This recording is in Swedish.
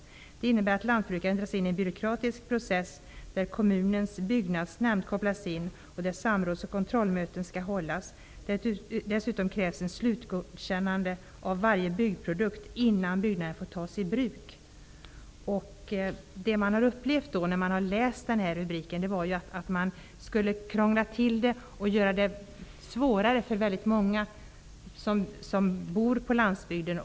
Han säger: ''Det innebär att lantbrukaren dras in i en byråkratisk process där kommunens byggnadsnämnd kopplas in och där samråds och kontrollmöten ska hållas. Dessutom krävs ett slutgodkännande av varje byggprojekt innan byggnaden får tas i bruk.'' Det människor upplevt när de läst denna artikel är att man skall krångla till det och göra det svårare för väldigt många som bor på landsbygden.